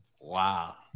Wow